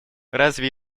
разве